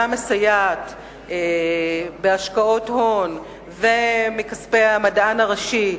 מסייעת להם בהשקעות הון ומכספי המדען הראשי,